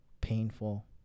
painful